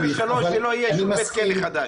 שלא יהיה שום בית כלא חדש.